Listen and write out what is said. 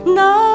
no